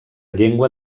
llengua